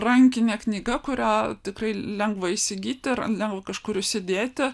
rankinė knyga kurią tikrai lengva įsigyti ir lengva kažkur įsėdėti